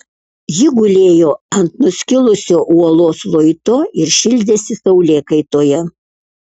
ji gulėjo ant nuskilusio uolos luito ir šildėsi saulėkaitoje